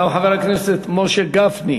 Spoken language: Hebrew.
גם חבר הכנסת משה גפני.